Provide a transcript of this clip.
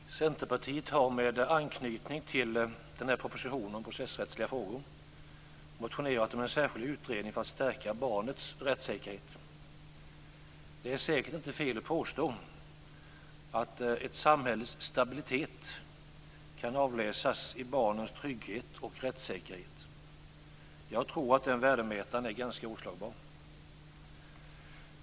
Herr talman! Centerpartiet har med anknytning till propositionen om processrättsliga frågor motionerat om en särskild utredning för att stärka barnets rättssäkerhet. Det är säkert inte fel att påstå att ett samhälles stabilitet kan avläsas i barnens trygghet och rättssäkerhet. Jag tror att den värdemätaren är ganska oslagbar.